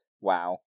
Wow